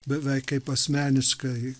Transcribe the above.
beveik kaip asmeniškai